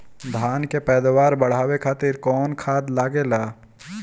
धान के पैदावार बढ़ावे खातिर कौन खाद लागेला?